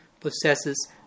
possesses